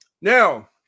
Now